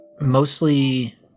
mostly